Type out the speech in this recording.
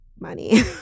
money